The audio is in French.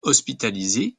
hospitalisée